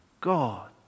God